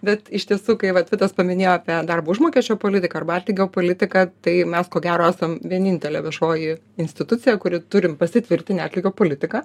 bet iš tiesų kai vat vitas paminėjo apie darbo užmokesčio politiką arba atlygio politiką tai mes ko gero esam vienintelė viešoji institucija kuri turim pasitvirtinę atlygio politiką